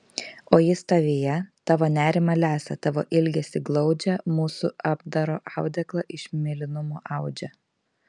o jis tavyje tavo nerimą lesa tavo ilgesį glaudžia mūsų apdaro audeklą iš mėlynumo audžia